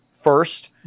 first